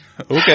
okay